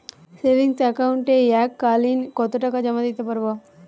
Savings একাউন্টে এক কালিন কতটাকা জমা দিতে পারব?